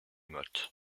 motte